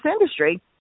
industry